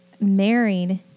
married